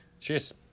Cheers